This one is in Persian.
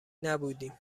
نبودیم